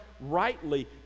Rightly